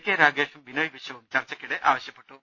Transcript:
കെരാഗേഷും ബിനോയ് വിശ്വവും ചർച്ചക്കിടെ ആവശ്യപ്പെട്ടു